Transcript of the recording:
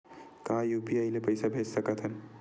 का यू.पी.आई ले पईसा भेज सकत हन?